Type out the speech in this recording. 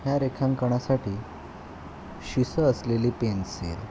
ह्या रेखांकनासाठी शिसं असलेली पेन्सिल